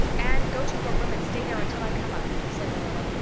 anne go to your room and stay there until i come up, said marilla,